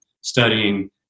studying